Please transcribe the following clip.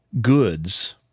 goods